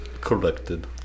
corrected